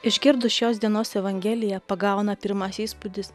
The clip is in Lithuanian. išgirdus šios dienos evangeliją pagauna pirmas įspūdis